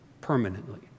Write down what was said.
permanently